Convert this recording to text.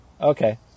Okay